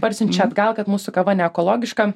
parsiunčia atgal kad mūsų kava neekologiška